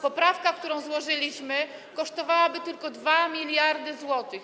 Poprawka, którą złożyliśmy, kosztowałaby tylko 2 mld zł.